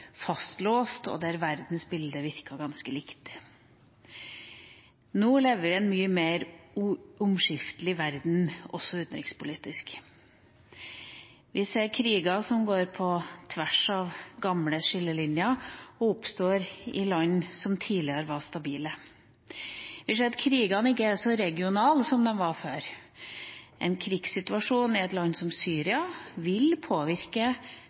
fastlåst, og verdensbildet virket ganske likt. Nå lever vi i en mye mer omskiftelig verden, også når det gjelder utenrikspolitikk. Vi ser kriger som går på tvers av gamle skillelinjer, og som oppstår i land som tidligere var stabile. Vi ser at krigene ikke er så regionale som de var før. En krigssituasjon i et land som Syria vil påvirke